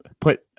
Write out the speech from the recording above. put